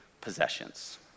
possessions